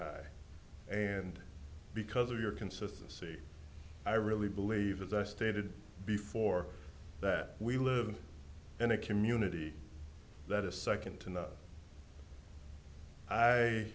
high and because of your consistency i really believe as i stated before that we live in a community that is second to no